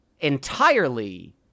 Entirely